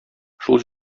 шул